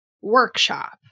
workshop